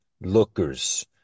lookers